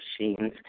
machines